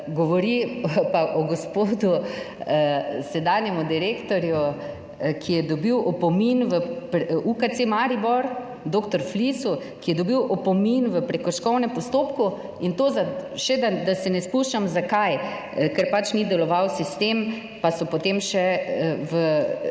govori pa o gospodu sedanjemu direktorju, ki je dobil opomin v UKC Maribor, dr. Flisu, ki je dobil opomin v prekrškovnem postopku in to še, da se ne spuščam zakaj, ker pač ni deloval sistem, pa so potem še,